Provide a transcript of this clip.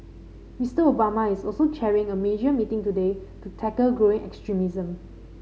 Mister Obama is also chairing a major meeting today to tackle growing extremism